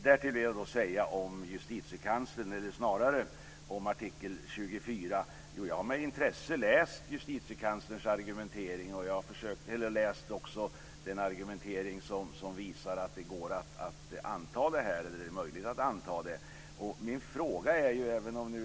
Därtill vill jag om artikel 24 säga att jag med intresse har läst Justitiekanslerns argumentering och också den argumentering som visar att det är möjligt att anta fördraget.